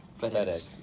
FedEx